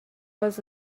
was